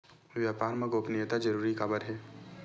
व्यापार मा गोपनीयता जरूरी काबर हे?